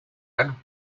and